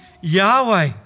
Yahweh